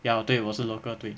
ya 对我是 local 对